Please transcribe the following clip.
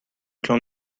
clan